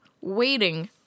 waiting